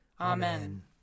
Amen